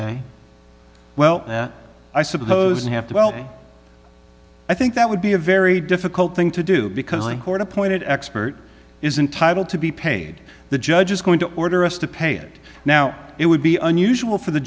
stay well i suppose you have to well i think that would be a very difficult thing to do because like court appointed expert is entitle to be paid the judge is going to order us to pay it now it would be unusual for the